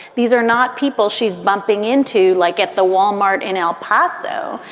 these are not people she's bumping into. like at the wal-mart in el paso.